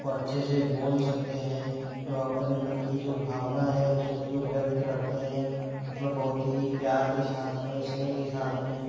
उस को अच्छे से बोल सकते हैं जो अपनेपन की जो भावना है उस में जो व्यक्त करते हैं मतलब बहुत ही प्यार के साथ में स्नेह के साथ में